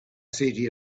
city